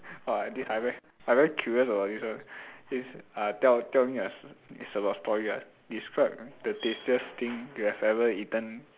!wah! I very curious about this one it's uh tell tell me a st~ it's about story ah describe the tastiest thing you have ever eaten